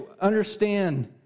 understand